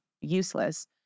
useless